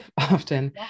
often